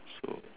so